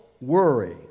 worry